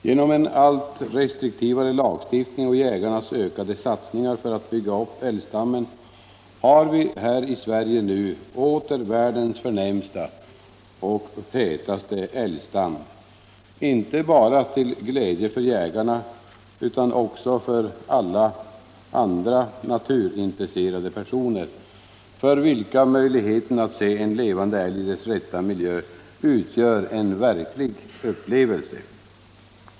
Genom en allt restriktivare lagstiftning och jägarnas ökade satsningar för att bygga upp älgstammen har vi här i Sverige nu åter världens förnämsta och tätaste älgstam, till glädje inte bara för jägarna utan även för alla andra naturintresserade personer, för vilka möjligheten att se en levande älg i dess rätta miljö utgör en verklig upplevelse.